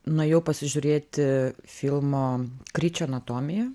nuėjau pasižiūrėti filmo kryčio anatomija